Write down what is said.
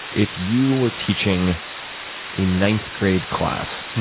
if you were teaching a ninth grade class,